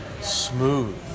smooth